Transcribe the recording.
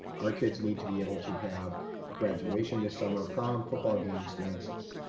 our kids need to be able to have a graduation this summer, prom, football games, dances.